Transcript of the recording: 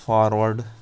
forward